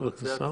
חבר הכנסת סער.